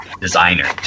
designer